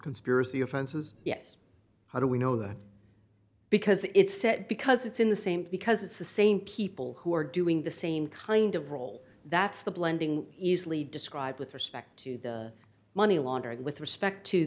conspiracy offenses yes how do we know that because it's set because it's in the same because it's the same people who are doing the same kind of role that's the blending easily described with respect to the money laundering with respect to